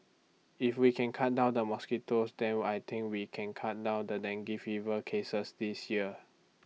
if we can cut down the mosquitoes then what I think we can cut down the dengue fever cases this year